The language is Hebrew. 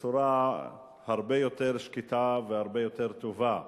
בצורה הרבה יותר שקטה והרבה יותר טובה.